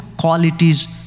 qualities